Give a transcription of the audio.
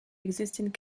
existing